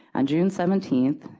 and june seventeen,